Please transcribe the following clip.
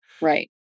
Right